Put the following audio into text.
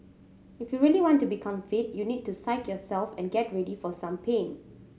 if you really want to become fit you need to psyche yourself and get ready for some pain